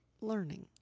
learning